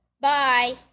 Bye